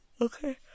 Okay